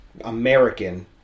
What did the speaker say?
American